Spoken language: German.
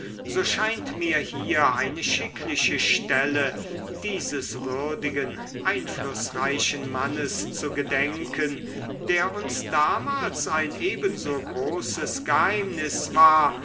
so scheint mir hier eine schickliche stelle dieses würdigen einflußreichen mannes zu gedenken der uns damals ein ebenso großes geheimnis war